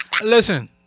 Listen